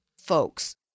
folks